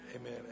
amen